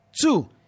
Two